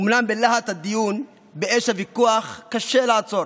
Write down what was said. אומנם בלהט הדיון, באש הוויכוח, קשה לעצור,